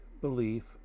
belief